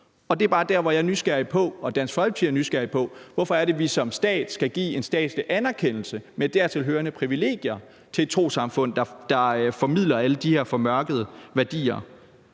og det er bare der, hvor jeg og Dansk Folkeparti er nysgerrige på, hvorfor vi som stat skal give en statslig anerkendelse med dertilhørende privilegier til et trossamfund, der formidler alle de her formørkede værdier.